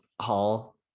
hall